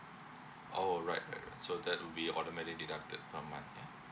oh right right right so that will be automatic deducted per month ya